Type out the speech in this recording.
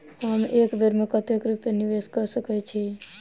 हम एक बेर मे कतेक रूपया निवेश कऽ सकैत छीयै?